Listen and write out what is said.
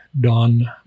Don